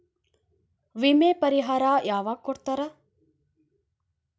ವಿಮೆ ಪರಿಹಾರ ಯಾವಾಗ್ ಕೊಡ್ತಾರ?